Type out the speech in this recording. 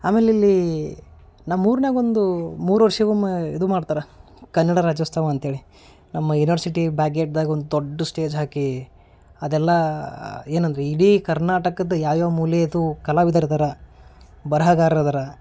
ಆಮೇಲೆ ಇಲ್ಲಿ ನಮ್ಮೂರ್ನಾಗ ಒಂದು ಮೂರು ವರ್ಷಕ್ಕೊಮ್ಮೆ ಇದು ಮಾಡ್ತಾರೆ ಕನ್ನಡ ರಾಜ್ಯೋತ್ಸವ ಅಂತ್ಹೇಳಿ ನಮ್ಮ ಯೂನಿವರ್ಸಿಟಿ ಬಾಗೆಟ್ದಾಗ ಒಂದು ದೊಡ್ಡ ಸ್ಟೇಜ್ ಹಾಕಿ ಅದೆಲ್ಲಾ ಏನಂದರು ಇಡೀ ಕರ್ನಾಟಕದ ಯಾವ್ಯಾವ ಮೂಲೆದು ಕಲಾವಿದರು ಇದ್ದಾರೆ ಬರಹಗಾರರು ಅದಾರ